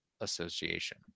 Association